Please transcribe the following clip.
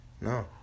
No